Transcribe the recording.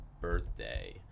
birthday